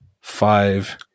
five